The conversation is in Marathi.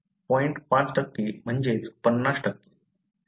5 म्हणजेच 50